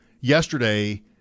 yesterday –